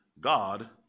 God